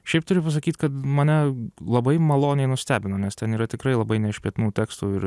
šiaip turiu pasakyt kad mane labai maloniai nustebino nes ten yra tikrai labai nešpėtnų tekstų ir